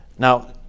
Now